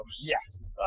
Yes